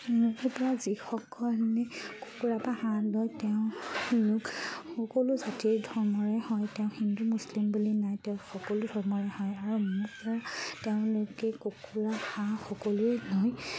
মোৰ পৰা যিসকলে কুকুৰা বা হাঁহ লয় তেওঁলোক সকলো জাতিৰ ধৰ্মৰে হয় তেওঁ হিন্দু মুছলিম বুলি নাই তেওঁ সকলো ধৰ্মৰে হয় আৰু মোৰ পৰা তেওঁলোকে কুকুৰা হাঁহ সকলোৱে লয়